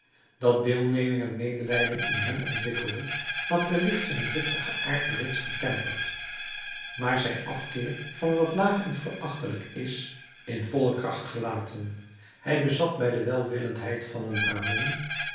dat deelneming en medelijden in hem ontwikkelde had wellicht zijn driftigen aard eenigszins getemperd maar zijn afkeer van wat laag en verachtelijk is in volle kracht gelaten hij bezat bij de welwillendheid van een bramin